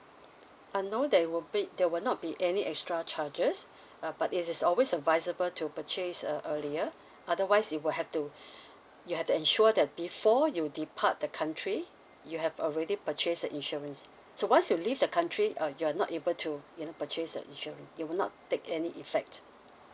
uh no there will be there will not be any extra charges uh but it is always advisable to purchase uh earlier otherwise you will have to you have to ensure that before you depart the country you have already purchase the insurance so once you leave the country uh you are not able to you know purchase the insurance it will not take any effect